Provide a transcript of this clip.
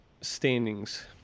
standings